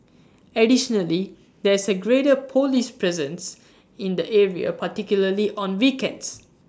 additionally there is A greater Police presence in the area particularly on weekends